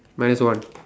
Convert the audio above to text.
minus one